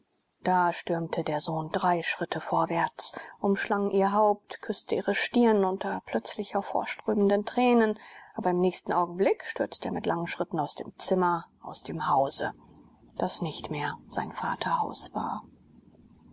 da stürmte der sohn drei schritte vorwärts umschlang ihr haupt küßte ihre stirn unter plötzlich hervorströmenden tränen aber im nächsten augenblick stürzte er mit langen schritten aus dem zimmer aus dem hause das nicht mehr sein vaterhaus war